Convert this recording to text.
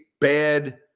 bad